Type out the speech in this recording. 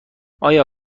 آیا